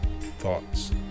thoughts